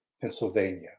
Pennsylvania